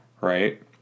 right